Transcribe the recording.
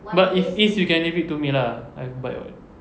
but if east you can leave it to me lah I bike [what]